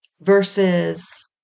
Versus